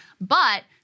but-